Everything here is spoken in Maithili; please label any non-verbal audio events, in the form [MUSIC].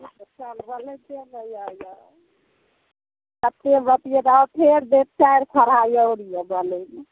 [UNINTELLIGIBLE]